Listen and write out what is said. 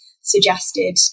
suggested